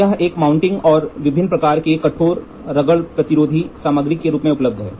यह एक माउंटिंग और विभिन्न प्रकार के कठोर रगड़ प्रतिरोधी सामग्री के रूप में उपलब्ध है